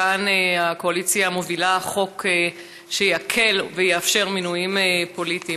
כאן הקואליציה מובילה חוק שיקל ויאפשר מינויים פוליטיים.